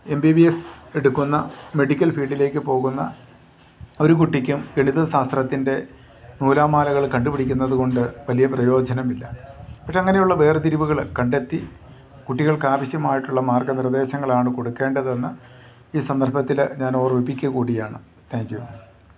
M B B S എടുക്കുന്ന medical ഫീൽഡിലേക്ക് പോകുന്ന ഒരു കുട്ടിക്കും ഗണിത ശാസ്ത്രത്തിൻ്റെ നൂലാമാലകൾ കണ്ടുപിടിക്കുന്നതുകൊണ്ട് വലിയ പ്രയോജനമില്ല പക്ഷെ അങ്ങനെയുള്ള വേർതിരിവുകൾ കണ്ടെത്തി കുട്ടികൾക്കാവശ്യമായിട്ടുള്ള മാർഗ്ഗനിർദേശങ്ങളാണ് കൊടുക്കേണ്ടതെന്ന് ഈ സന്ദർഭത്തിൽ ഞാൻ ഓർമിപ്പിക്കുക കൂടിയാണ് താങ്ക് യു